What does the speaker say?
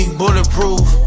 bulletproof